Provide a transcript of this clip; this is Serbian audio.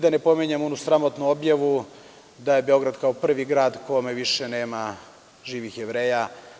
Da ne pominjem onu sramotnu objavu da je Beograd kao prvi grad u kome više nema živih Jevreja.